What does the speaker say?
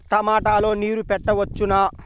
టమాట లో నీరు పెట్టవచ్చునా?